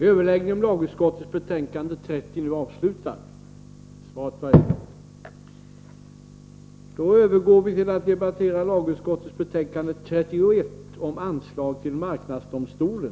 Kammaren övergår nu till att debattera lagutskottets betänkande 31 om anslag till marknadsdomstolen.